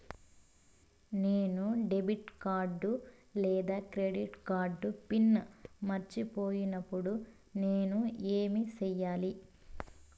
నేను debit card లేదా credit card PIN మర్చిపోయినప్పుడు నేను ఏమి సెయ్యాలి?